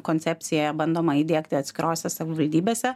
koncepciją bandoma įdiegti atskirose savivaldybėse